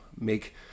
make